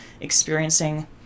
experiencing